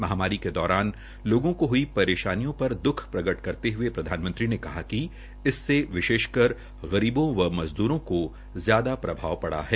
महामारी के दौरान लोगों को हई परेशानियों पर दुख प्रकट करते हुए प्रधानमंत्री ने कहा कि इससे विशेषकर गरीबों व मज़द्रों को ज्यादा प्रभाव पड़ा है